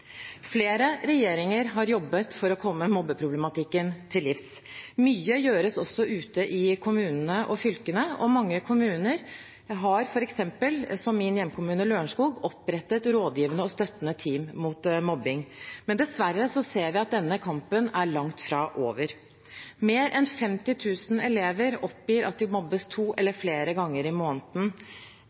Flere regjeringer har jobbet for å komme mobbeproblematikken til livs. Mye gjøres også ute i kommunene og fylkene, og mange kommuner, f.eks. min hjemkommune, Lørenskog, har opprettet rådgivende og støttende team mot mobbing. Dessverre ser vi at denne kampen langt fra er over. Mer enn 50 000 elever oppgir at de mobbes to eller flere ganger i måneden.